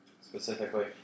specifically